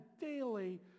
daily